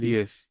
Yes